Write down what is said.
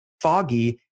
foggy